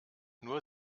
nur